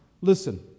listen